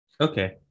Okay